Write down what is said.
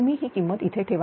तुम्ही ही किंमत इथे ठेवा